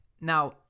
now